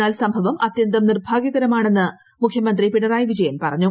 എന്നാൽ സംഭവം അന്ത്യന്തം നിർഭാഗ്യകരമാണെന്ന് മുഖ്യമന്ത്രി പിണറായി വിജയൻ പറഞ്ഞു